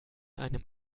einem